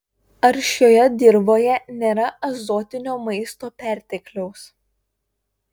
ar šioje dirvoje nėra azotinio maisto pertekliaus